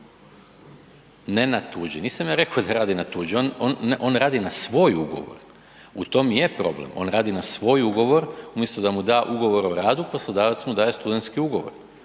ne na tuđi, nisam ja reko da radi na tuđi, on, on, on radi na svoj ugovor, u tom i je problem, on radi na svoj ugovor umjesto da mu da Ugovor o radu, poslodavac mu daje studentski ugovor